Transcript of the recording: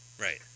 Right